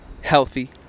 Healthy